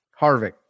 Harvick